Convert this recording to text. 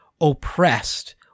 oppressed